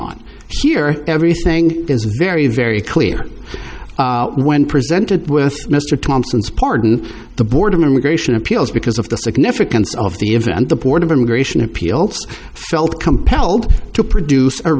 on sheer everything is very very clear when presented with mr thompson's pardon the board immigration appeals because of the significance of the event the board of immigration appeals felt compelled to produce a